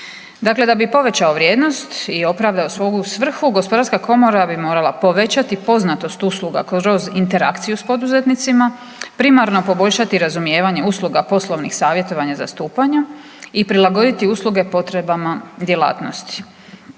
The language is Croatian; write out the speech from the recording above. Dakle, da bi povećao vrijednost i opravdao svoju svrhu Gospodarska komora bi morala povećati poznatost usluga kroz interakciju s poduzetnicima, primarno poboljšati razumijevanje usluga poslovnih savjetovanja i zastupanja i prilagoditi usluge potrebama djelatnosti.